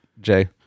Jay